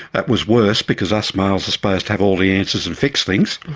that was worse because us males are supposed to have all the answers and fix things,